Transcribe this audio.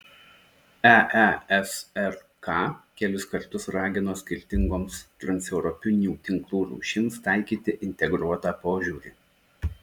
eesrk kelis kartus ragino skirtingoms transeuropinių tinklų rūšims taikyti integruotą požiūrį